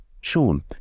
sean